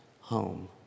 home